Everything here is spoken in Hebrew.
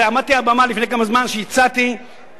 הרי עמדתי על במה לפני כמה זמן כשהצעתי מהממשלה,